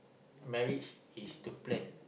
marriage is to plan